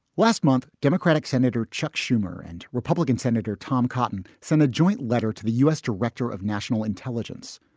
last month, democratic senator chuck schumer and republican senator tom cotton signed a joint letter to the u s. director of national intelligence.